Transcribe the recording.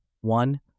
One